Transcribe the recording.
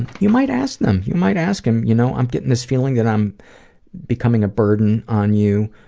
and you might ask them you might ask him, you know i'm getting this feeling that i'm becoming a burden on you.